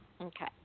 Okay